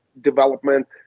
development